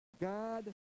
God